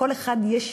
לכל אחד יש